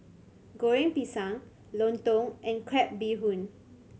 Goreng Pisang lontong and crab bee hoon